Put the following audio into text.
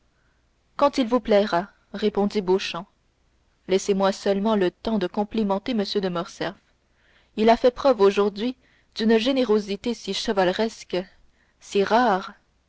quand il vous plaira répondit beauchamp laissez-moi seulement le temps de complimenter m de morcerf il a fait preuve aujourd'hui d'une générosité si chevaleresque si rare